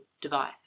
device